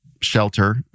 shelter